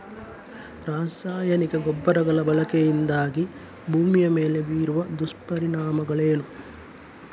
ರಾಸಾಯನಿಕ ಗೊಬ್ಬರಗಳ ಬಳಕೆಯಿಂದಾಗಿ ಭೂಮಿಯ ಮೇಲೆ ಬೀರುವ ದುಷ್ಪರಿಣಾಮಗಳೇನು?